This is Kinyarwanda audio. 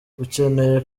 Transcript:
ukeneye